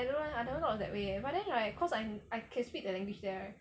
I don't know I never thought of that way eh but then right cause I I can speak their language there right